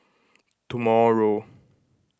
tomorrow